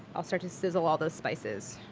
i'll start to sizzle all those spices